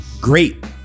Great